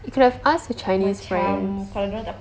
you could have asked your chinese friends